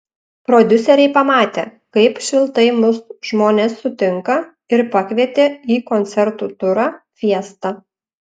prodiuseriai pamatė kaip šiltai mus žmonės sutinka ir pakvietė į koncertų turą fiesta